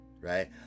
right